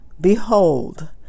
Behold